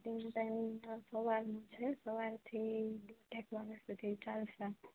એમ suitable time તો સવારનું છે સવારથી એક વાગ્યા સુધી ચાલસે